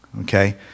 okay